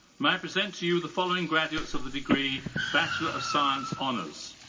may i present to you the following graduates of the degree bachelor of science honours.